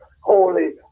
Holy